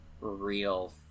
real